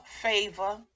favor